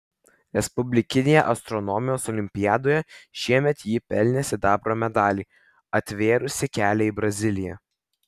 respublikinėje astronomijos olimpiadoje šiemet ji pelnė sidabro medalį atvėrusį kelią į braziliją